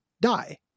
die